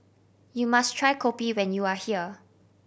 you must try kopi when you are here